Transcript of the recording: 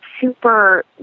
super